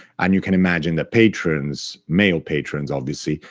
and you can imagine that patrons, male patrons obviously,